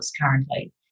currently